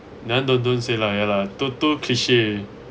that one don't don't say lah ya lah too too cliche